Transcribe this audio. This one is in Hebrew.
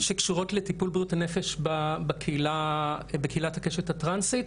שקשורות לטיפול בריאות הנפש בקהילת הקשת הטרנסית.